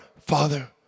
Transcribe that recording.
Father